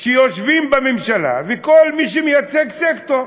שיושבים בממשלה, וכל מי שמייצג סקטור,